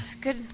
Good